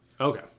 Okay